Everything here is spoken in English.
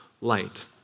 light